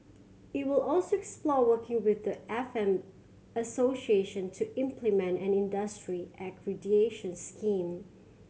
it will also explore working with the F M association to implement and industry accreditation scheme